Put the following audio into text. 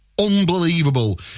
unbelievable